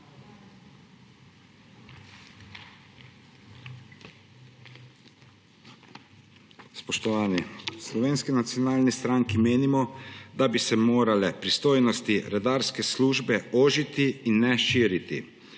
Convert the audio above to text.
Spoštovani! V Slovenski nacionalni stranki menimo, da bi se morale pristojnosti redarske službe ožiti in ne širiti,